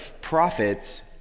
prophets